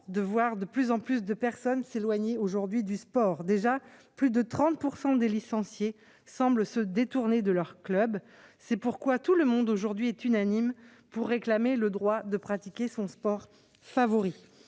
de voir de plus en plus de personnes s'éloigner du sport. Déjà plus de 30 % des licenciés semblent se détourner de leurs clubs. C'est pourquoi il y a aujourd'hui unanimité pour réclamer le droit de pratiquer son sport favori.